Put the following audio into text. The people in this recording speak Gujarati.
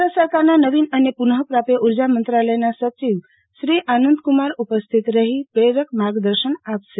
કેન્દ્ર સરકારના નવીન અને પુનઃપ્રાપ્ય ઊર્જા મંત્રાલયના સચિવશ્રી આનંદ કુમાર ઉપસ્થિત રહી પ્રેરક માર્ગદર્શન આપશે